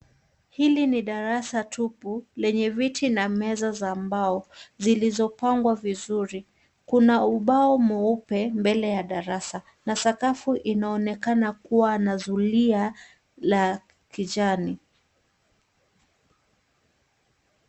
Hili ni darasa tupu lenye viti na meza za mbao zilizopangwa vizuri. Kuna ubao mweupe mbele ya darasa na sakafu inaonekana kuwa na zulia la kijani.